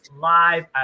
live